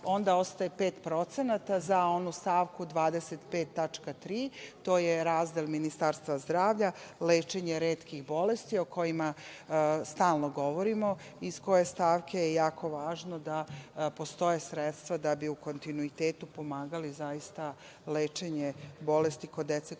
onda ostaje 5% za onu stavu 25. tačka 3. to je razdel Ministarstva zdravlja, lečenje retkih bolesti o kojima stalno govorimo, iz koje stavke je jako važno da postoje sredstva da bi u kontinuitetu pomagali lečenje bolesti kod dece koja